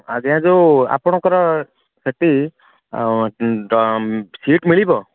ଆଜ୍ଞା ଯୋଉ ଆପଣଙ୍କର ସେଠି ଆଉ ସିଟ ମିଳିବ